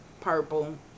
purple